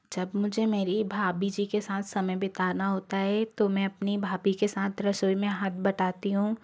जब मुझे मेरी भाभी जी के साथ समय बिताना होता है तो मैं अपनी भाभी के साथ रसोई मे हाथ बटाती हूँ